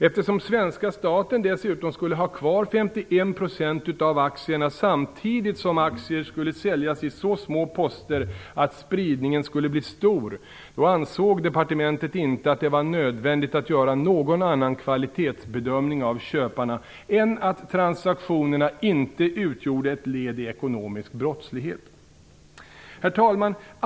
Eftersom svenska staten dessutom skulle ha kvar 51 % av aktierna, samtidigt som aktier skulle säljas i så små poster att spridningen skulle bli stor ansåg departementet att det inte var nödvändigt att göra någon annan kvalitetsbedömning av köparna än att transaktionerna inte utgjorde ett led i ekonomisk brottslighet. Herr talman!